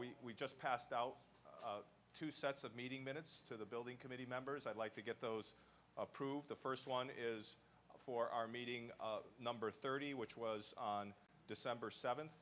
we just passed out two sets of meeting minutes to the building committee members i'd like to get those approved the first one is for our meeting number thirty which was on december seventh